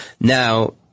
Now